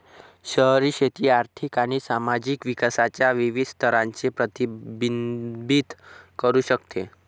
शहरी शेती आर्थिक आणि सामाजिक विकासाच्या विविध स्तरांचे प्रतिबिंबित करू शकते